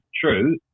true